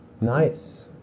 Nice